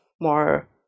more